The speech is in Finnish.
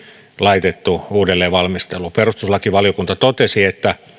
laitettu uudelleenvalmisteluun perustuslakivaliokunta totesi että